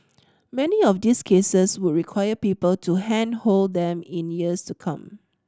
many of these cases would require people to handhold them in years to come